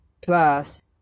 plus